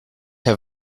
her